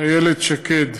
איילת שקד.